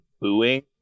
booing